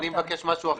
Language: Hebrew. אני מבקש משהו אחר.